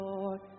Lord